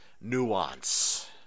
nuance